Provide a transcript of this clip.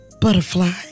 butterfly